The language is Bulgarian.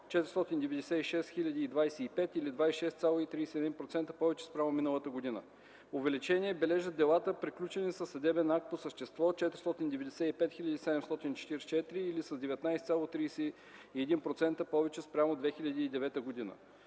496 хил. 25 или 26,31% повече спрямо миналата година. Увеличение бележат делата, приключени със съдебен акт по същество – 495 хил. 744 или с 19,31% повече спрямо 2009 г.